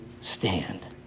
stand